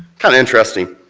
kind of interesting.